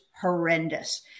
horrendous